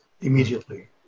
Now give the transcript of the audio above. immediately